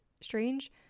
strange